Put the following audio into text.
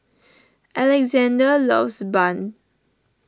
Alexzander loves Bun